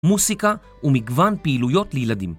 מוסיקה ומגוון פעילויות לילדים.